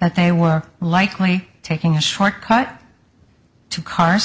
that they were likely taking a shortcut to cars